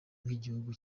nk’igihugu